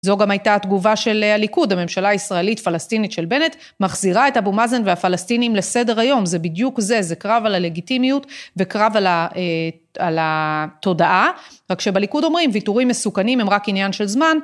זו גם הייתה התגובה של הליכוד, "הממשלה הישראלית-פלסטינית של בנט, מחזירה את אבו מאזן והפלסטינים לסדר היום", זה בדיוק זה, זה קרב על הלגיטימיות, וקרב על ה... אה... התודעה, רק שבליכוד אומרים ויתורים מסוכנים הם רק עניין של זמן...